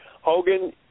Hogan